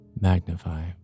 magnify